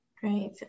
great